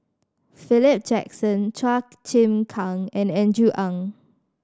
Philip Jackson Chua Chim Kang and Andrew Ang